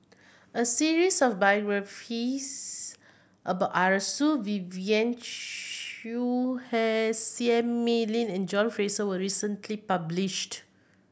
a series of biographies about Arasu Vivien Quahe Seah Mei Lin and John Fraser was recently published